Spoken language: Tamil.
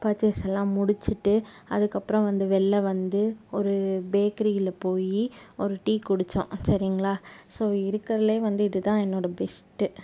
பர்ச்சேஸ் எல்லாம் முடிச்சுட்டு அதுக்கப்பறம் வந்து வெளியில் வந்து ஒரு பேக்கிரில் போய் ஒரு டீ குடித்தோம் சரிங்களா ஸோ இருக்கிறதில் வந்து இது தான் என்னோடய பெஸ்ட்டு